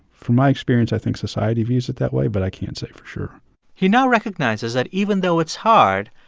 from my experience, i think society views it that way, but i can't say for sure he now recognizes that even though it's hard,